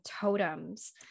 totems